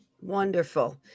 Wonderful